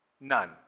None